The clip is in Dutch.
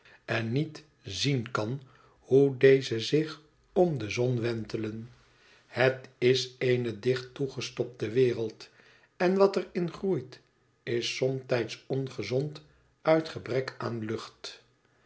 en niet zien kan hoe deze zich om de zon wentelen het is eene dicht toegestopte wereld en wat er in groeit is somtijds ongezond uit gebrek aan lucht